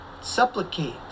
supplicate